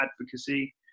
advocacy